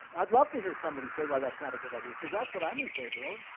i'd love to hear somebody say why that's not a good idea because that's what i'm in favor of.